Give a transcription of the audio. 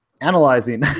analyzing